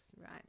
right